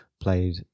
played